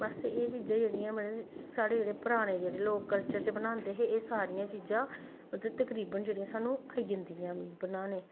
बस एह् चीजां मतलब साढ़े जेह्ड़े पराने जेह्ड़े लोग कल्चर च बनांदे हे एह् सारियां चीजां मतलब तकरीबन सारियां जेह्ड़ियां साह्नूं आई जंदियां बनाने